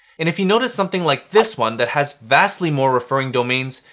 and if you notice something like this one that has vastly more referring domains,